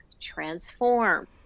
transform